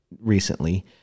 recently